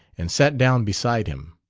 and sat down beside him.